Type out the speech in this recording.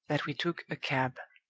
that we took a cab!